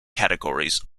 categories